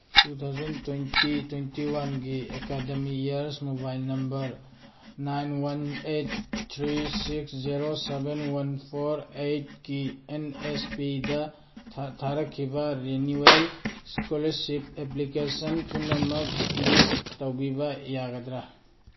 two thousand twenty twenty ꯋꯥꯟꯒꯤ academic ꯏꯌꯔꯁ mobile number nine one eight three six zero seven one four ꯑꯩꯠꯀꯤ ꯑꯦꯟꯑꯦꯁꯄꯤꯗ ꯊꯥꯔꯛꯈꯤꯕ renewal scholarship application ꯄꯨꯝꯅꯃꯛ ꯂꯤꯁ ꯇꯧꯕꯤꯕ ꯌꯥꯒꯗ꯭ꯔꯥ